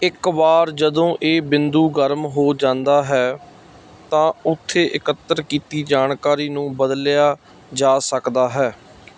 ਇੱਕ ਵਾਰ ਜਦੋਂ ਇਹ ਬਿੰਦੂ ਗਰਮ ਹੋ ਜਾਂਦਾ ਹੈ ਤਾਂ ਉੱਥੇ ਇਕੱਤਰ ਕੀਤੀ ਜਾਣਕਾਰੀ ਨੂੰ ਬਦਲਿਆ ਜਾ ਸਕਦਾ ਹੈ